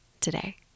today